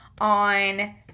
on